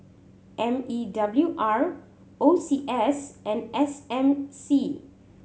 M E W R O C S and S M C